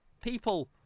people